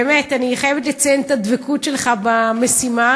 באמת, אני חייבת לציין את הדבקות שלך במשימה.